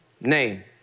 name